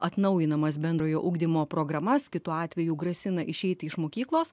atnaujinamas bendrojo ugdymo programas kitu atveju grasina išeiti iš mokyklos